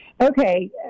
Okay